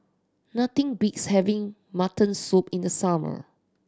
nothing beats having mutton soup in the summer